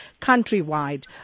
countrywide